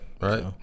right